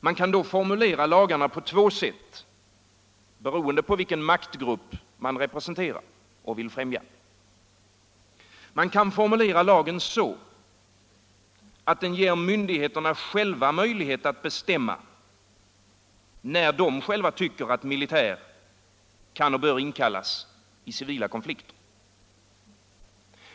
Man kan då formulera lagarna på två sätt beroende på vilken maktgrupp man representerar och vill främja. Man kan formulera lagen så, att den ger myndigheterna själva möjligheter att bestämma, när militär kan inkallas i civila konflikter.